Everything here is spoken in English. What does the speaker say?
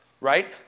right